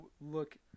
look